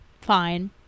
fine